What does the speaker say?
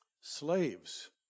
Slaves